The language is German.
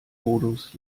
modus